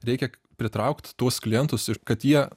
reikia pritraukt tuos klientus ir kad jie